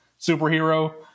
superhero